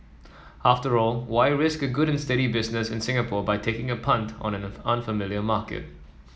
after all why risk a good and steady business in Singapore by taking a punt on an unfamiliar market